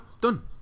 done